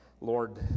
Lord